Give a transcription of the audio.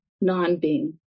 non-being